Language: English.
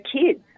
kids